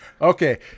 Okay